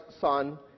son